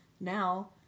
now